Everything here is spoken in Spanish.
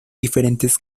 diferentes